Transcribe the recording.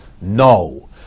No